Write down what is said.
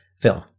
film